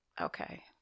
okay